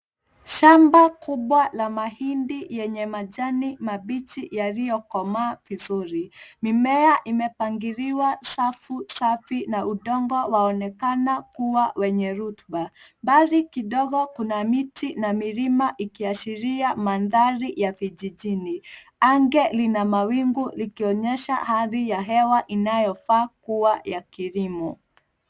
Shamba kubwa la mahindi yenye majani mabichi yaliyokomaa vizuri. Mimea imepangiliwa safu safi na udongo waonekana kuwa wenye rotuba. Mbali kidogo kuna miti na milima ikiashiria mandhari ya vijijini. Anga lina mawingu likionyesha hali ya hewa inayofaa kuwa ya kilimo.